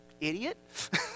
idiot